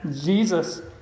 Jesus